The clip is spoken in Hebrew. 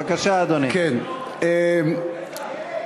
בבקשה, אדוני.